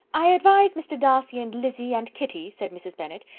i advise mr. darcy, and lizzy, and kitty, said mrs. bennet,